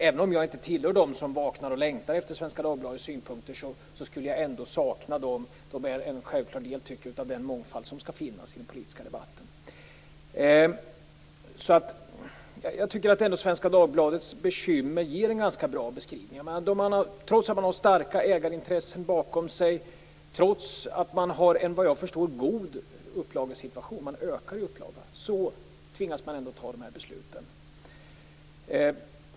Även om jag inte tillhör dem som vaknar och längtar efter Svenska Dagbladets synpunkter skulle jag ändå sakna dem. De är en självklar del av den mångfald som skall finnas i den politiska debatten. Jag tycker att Svenska Dagbladets bekymmer ger en ganska bra beskrivning av det här. Trots att man har starka ägarintressen bakom sig, trots att man har en god upplagesituation - man ökar i upplaga - tvingas man ändå fatta de här besluten.